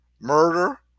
murder